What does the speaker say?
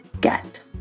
get